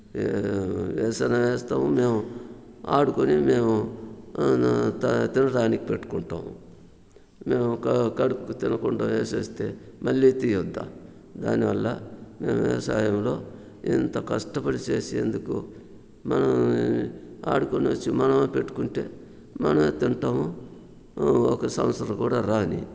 వేస్తాము మేము ఆడుకొని మేము తినడానికి పెట్టుకుంటాము మేము కడుపు కడుపుకి తినకుండా వేసేస్తే మళ్లీ తీయొద్ద దానివల్ల మేము వ్యవసాయంలో ఇంత కష్టపడి చేసేందుకు మనం ఆడుకొని వచ్చి మనమే పెట్టుకుంటే మనమే తింటాము ఒక సంవత్సరం కూడా రాని